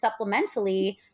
supplementally